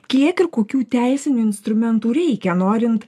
kiek ir kokių teisinių instrumentų reikia norint